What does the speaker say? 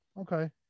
Okay